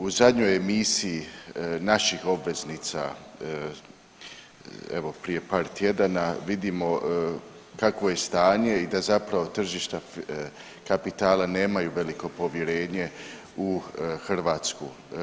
U zadnjoj emisiji naših obveznica evo prije par tjedana vidimo kakvo je stanje i da zapravo tržišta kapitala nemaju veliko povjerenje u Hrvatsku.